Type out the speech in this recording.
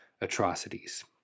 atrocities